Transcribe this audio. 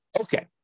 Okay